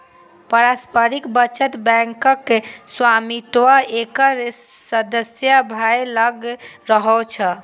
पारस्परिक बचत बैंकक स्वामित्व एकर सदस्य सभ लग रहै छै